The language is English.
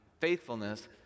faithfulness